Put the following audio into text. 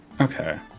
Okay